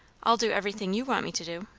i'll do everything you want me to do.